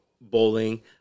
bowling